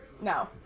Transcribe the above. No